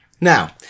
Now